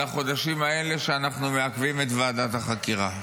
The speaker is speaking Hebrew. החודשים האלה שאנחנו מעכבים את ועדת החקירה.